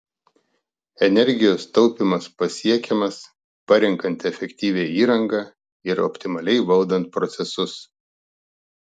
energijos taupymas pasiekiamas parenkant efektyvią įrangą ir optimaliai valdant procesus